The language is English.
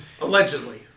Allegedly